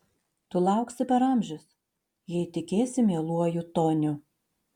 tu lauksi per amžius jei tikėsi mieluoju toniu